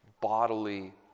bodily